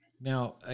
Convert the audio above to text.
Now